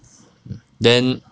then